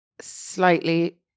slightly